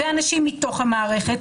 ואנשים מתוך המערכת,